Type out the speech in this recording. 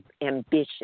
ambition